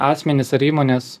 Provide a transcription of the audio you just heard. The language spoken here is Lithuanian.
asmenis ar įmones